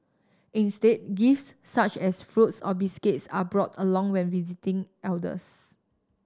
instead gifts such as fruits or biscuits are brought along when visiting elders